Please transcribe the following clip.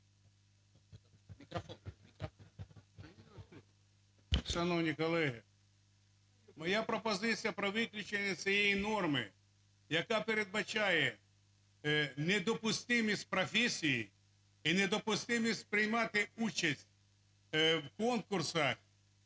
Шановні колеги, моя пропозиція про виключення цієї норми, яка передбачає недопустимість професії і недопустимість приймати участь у конкурсах,